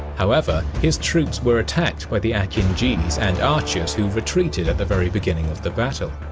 however, his troops were attacked by the akinjis and archers who retreated at the very beginning of the battle.